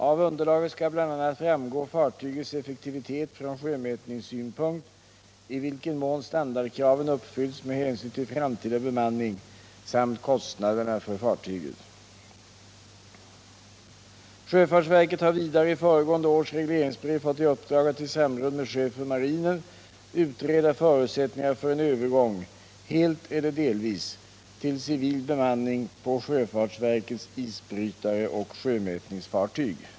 Av underlaget skall bl.a. framgå fartygets effektivitet från sjömätningssynpunkt, i vilken mån standardkraven uppfylls med hänsyn till framtida bemanning samt kostnaderna för fartyget. Sjöfartsverket har vidare i föregående års regleringsbrev fått i uppdrag att i samråd med chefen för marinen utreda förutsättningarna för en övergång — helt eller delvis — till civil bemanning på sjöfartsverkets isbrytare och sjömätningsfartyg.